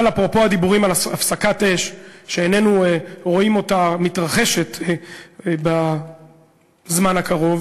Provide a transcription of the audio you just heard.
אבל אפרופו הדיבורים על הפסקת אש שאיננו רואים אותה מתרחשת בזמן הקרוב,